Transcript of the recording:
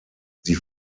sie